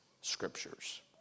scriptures